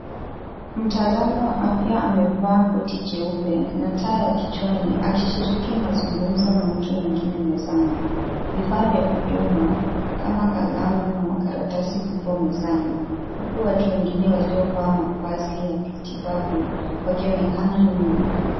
Mtaalamu wa afya amevaa koti jeupe na taa ya kichwani akishiriki mazungumzo na mtu mwingine mezani. Vifaa vya huduma kama kalamu na makaratasi vipo mezani. Huku watu wengine waliovaa mavazi ya kitibabu wakionekana nyuma.